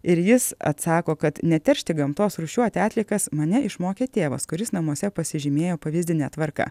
ir jis atsako kad neteršti gamtos rūšiuoti atliekas mane išmokė tėvas kuris namuose pasižymėjo pavyzdine tvarka